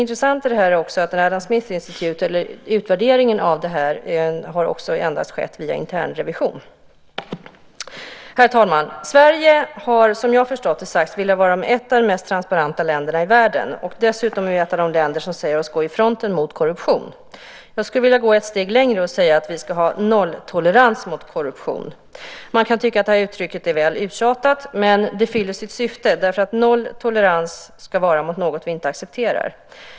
Intressant är också att utvärderingen av det här endast har skett via internrevision. Herr talman! Sverige har, som jag har förstått det, velat vara ett av de mest transparenta länderna i världen. Dessutom är vi ett av de länder som säger sig gå i fronten mot korruption. Jag skulle vilja gå ett steg längre och säga att vi ska ha nolltolerans mot korruption. Man kan tycka att uttrycket är väl uttjatat, men det fyller sitt syfte. Noll tolerans ska det vara mot något vi inte accepterar.